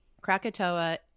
krakatoa